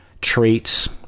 traits